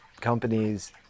companies